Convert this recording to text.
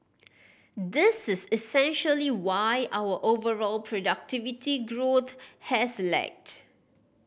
this is essentially why our overall productivity growth has lagged